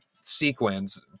sequence